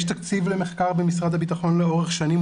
יש תקציב למחקר במשרד הביטחון לאורך שנים,